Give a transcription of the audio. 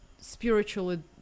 spiritually